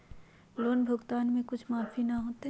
Loan भुगतान में कुछ माफी न होतई?